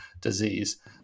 disease